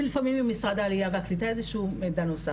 ולפעמים גם ממשרד העלייה והקליטה מידע נוסף.